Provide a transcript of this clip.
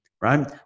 right